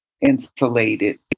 insulated